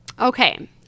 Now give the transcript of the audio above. Okay